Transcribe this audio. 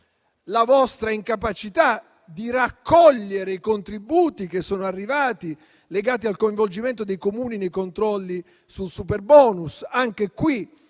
la vostra incapacità di raccogliere i contributi che sono arrivati, legati al coinvolgimento dei Comuni nei controlli sul superbonus. Anche qui,